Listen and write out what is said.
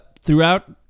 throughout